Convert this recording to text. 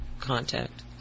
contact